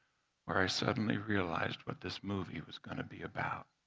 where i suddenly realized what this movie was going to be about.